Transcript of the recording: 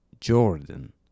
Jordan